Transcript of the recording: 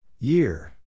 Year